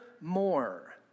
more